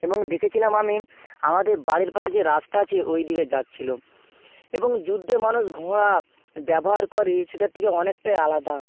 এবং দেখেছিলাম আমি আমাদের বাড়ির পাশে যে রাস্তা আছে ওইদিকে যাচ্ছিল এবং যুদ্ধে মানুষ ঘোড়া ব্যবহার করে সেটা থেকে অনেকটাই আলাদা